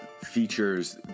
features